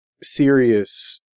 serious